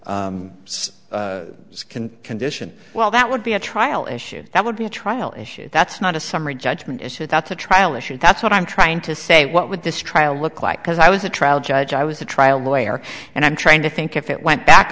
can condition well that would be a trial issue that would be a trial issue that's not a summary judgment issue that's a trial issue that's what i'm trying to say what would this trial look like because i was a trial judge i was a trial lawyer and i'm trying to think if it went back